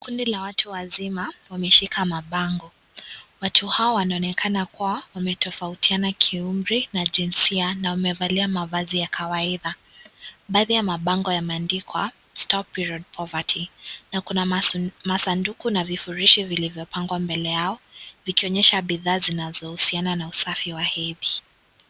Kundi la watu wazima wameshika mabango. Watu hawa wanaonekana kuwa wametofautiana kiumri, kijinsia na wamevalia mavazi ya kawaida. Baadhi ya mabango yameandikwa stop period poverty na kuna masanduku na vifurishi vilivyopangwa mbele yao vikionyesha bidhaa zinazohusiana na usafi wa hedhi.